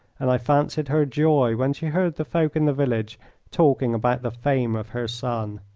and i fancied her joy when she heard the folk in the village talking about the fame of her son.